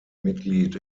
mitglied